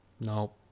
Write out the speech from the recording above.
Nope